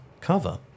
cover